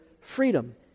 freedom